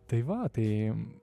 tai va tai